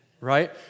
right